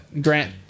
Grant